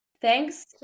Thanks